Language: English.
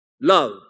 love